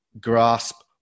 grasp